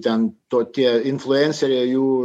ten tokia influencerė jų